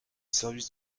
service